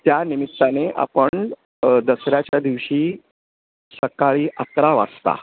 त्या निमित्ताने आपण दसऱ्याच्या दिवशी सकाळी अकरा वाजता